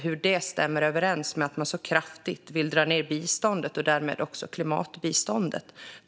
Hur stämmer detta överens med att man så kraftigt vill dra ned på biståndet och därmed också klimatbiståndet?